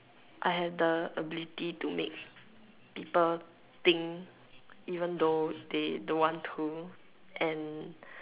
I have the ability to make people think even though they don't want to and